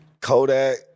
Kodak